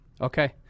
Okay